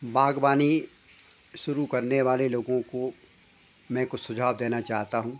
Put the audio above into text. बाग़बानी शुरू करने वाले लोगों को मैं कुछ सुझाव देना चाहता हूँ